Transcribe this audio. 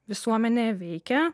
visuomenėje veikė